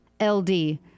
LD